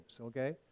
okay